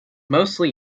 mostly